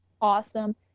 awesome